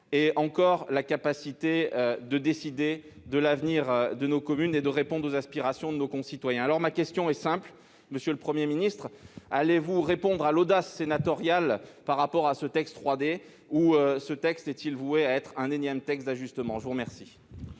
encore de la capacité de décider de l'avenir de nos communes et de répondre aux aspirations de nos concitoyens. Ma question est simple, monsieur le Premier ministre : allez-vous répondre à l'audace sénatoriale concernant ce texte 3DS ou celui-ci n'est-il voué qu'à devenir un énième texte d'ajustement ? La parole